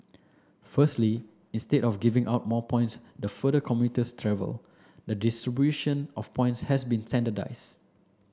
firstly instead of giving out more points the further commuters travel the distribution of points has been standardised